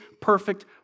perfect